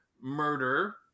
Murder